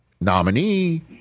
nominee